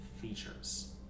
features